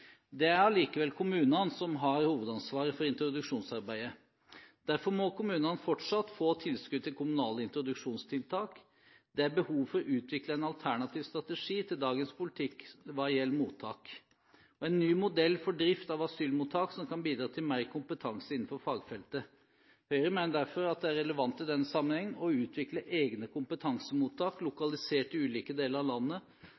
Det er allikevel kommunene som har hovedansvaret for introduksjonsarbeidet. Derfor må kommunene fortsatt få tilskudd til kommunale introduksjonstiltak. Det er behov for å utvikle en alternativ strategi til dagens politikk hva gjelder mottak, og en ny modell for drift av asylmottak som kan bidra til mer kompetanse innenfor fagfeltet. Høyre mener derfor at det er relevant i denne sammenheng å utvikle egne kompetansemottak, lokalisert i ulike deler av landet,